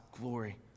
glory